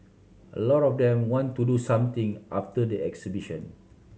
a lot of them want to do something after the exhibition